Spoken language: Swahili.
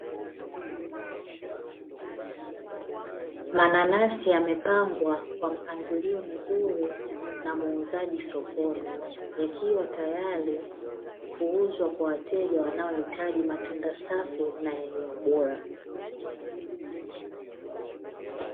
Mananasi yamepangwa kwa mpangilio mzuri na muuzaji sokoni, yakiwa tayari kuuzwa kwa wateja wanaohitaji matunda safi na yenye ubora.